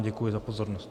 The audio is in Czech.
Děkuji za pozornost.